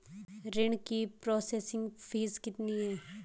ऋण की processing fees कितनी है?